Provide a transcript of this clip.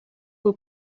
will